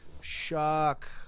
shock